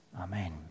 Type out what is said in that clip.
Amen